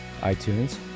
iTunes